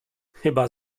chyba